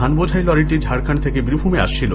ধান বোঝাই লরিটি ঝাড়খন্ড থেকে বীরভূমে আসছিল